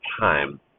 time